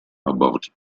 about